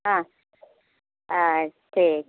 हँ हँ ठीक